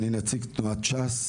אני נציג תנועת ש"ס,